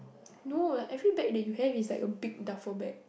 no every bag that you have is like a big duffel bag